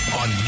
on